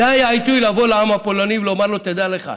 זה היה העיתוי לבוא לעם הפולני ולומר לו: תדע לך,